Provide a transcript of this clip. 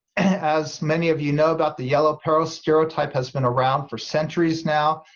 as many of you know about the yellow peril stereotype has been around for centuries now,